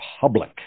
public